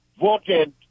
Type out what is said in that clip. voted